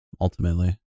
ultimately